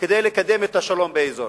כדי לקדם את השלום באזור.